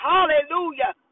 Hallelujah